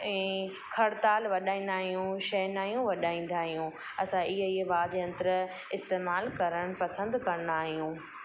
ऐं खड़ताल वॼाईंदा आहियूं शहनायूं वॼाईंदा आहियूं असां इहे इहे वाद्य यंत्र इस्तेमाल करणु पसंदि कंदा आहियूं